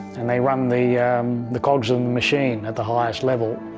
and they run the the cogs and machine at the highest level